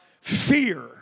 fear